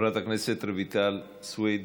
חברת הכנסת רויטל סויד,